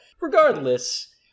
Regardless